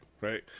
right